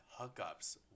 Hookups